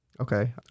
okay